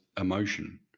emotion